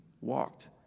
walked